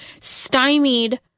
stymied